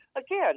again